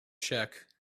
check